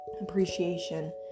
appreciation